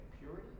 purity